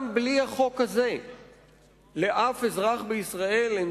גם בלי החוק הזה לשום אזרח בישראל אין